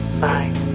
Bye